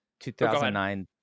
2009